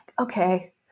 Okay